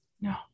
No